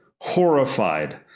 horrified